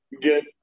get